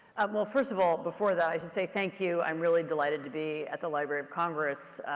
well first of all, before that, i should say thank you. i'm really delighted to be at the library of congress.